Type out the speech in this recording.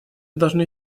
должны